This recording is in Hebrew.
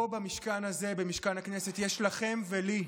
פה, במשכן הזה, במשכן הכנסת, יש לכם ולי,